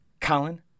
Colin